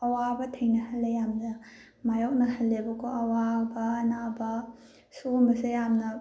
ꯑꯋꯥꯕ ꯊꯦꯡꯅꯍꯟꯂꯦ ꯌꯥꯝꯅ ꯃꯥꯌꯣꯛꯅꯍꯟꯂꯦꯕꯀꯣ ꯑꯋꯥꯕ ꯑꯅꯥꯕ ꯁꯤꯒꯨꯝꯕꯁꯦ ꯌꯥꯝꯅ